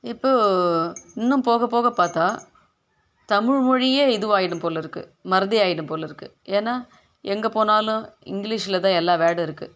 இப்போது இன்னும் போகப்போக பார்த்தா தமிழ் மொழியே இதுவாகிடும் போலருக்கு மறதியாகிடும் போலருக்கு ஏன்னா எங்கே போனாலும் இங்கிலீஷில் தான் எல்லா வேர்டும் இருக்குது